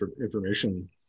information